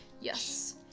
yes